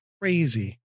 crazy